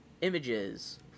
images